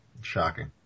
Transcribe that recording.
Shocking